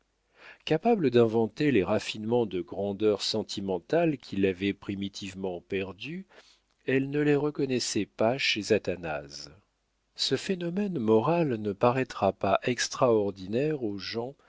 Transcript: capable d'inventer les raffinements de grandeur sentimentale qui l'avaient primitivement perdue elle ne les reconnaissait pas chez athanase ce phénomène moral ne paraîtra pas extraordinaire aux gens